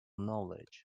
knowledge